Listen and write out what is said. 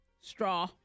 Straw